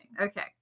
Okay